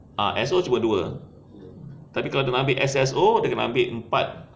ah S_O cuma dua tapi nak kena ambil S_S_O kena ambil empat